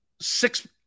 Six